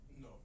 No